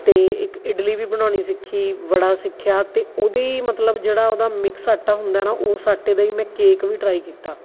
ਅਤੇ ਇੱਕ ਇਡਲੀ ਵੀ ਬਣਾਉਂਣੀ ਸਿੱਖੀ ਵੜਾ ਸਿੱਖਿਆ ਅਤੇ ਉਹਦੀ ਮਤਲਬ ਜਿਹੜਾ ਉਹਦਾ ਮਿਕਸ ਆਟਾ ਹੁੰਦਾ ਨਾ ਉਸ ਆਟੇ ਦਾ ਹੀ ਮੈਂ ਕੇਕ ਵੀ ਟਰਾਈ ਕੀਤਾ